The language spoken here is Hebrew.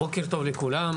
בוקר טוב לכולם.